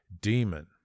demon